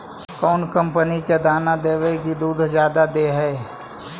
कौन कंपनी के दाना देबए से दुध जादा दे है?